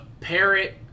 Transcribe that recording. parrot